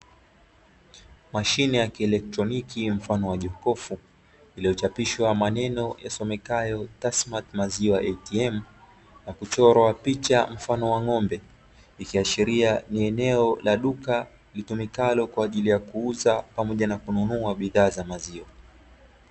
Mashine ya kielektroniki mfano wa jokofu iliyochapishwa maneno yasomekayo "TASSMATT MAZIWA ATM " na kuchorwa picha mfano wa ng'ombe, ikiashiria ni eneo la duka litumikalo kwa ajili ya kuuza pamoja na kununua bidhaa za maziwa.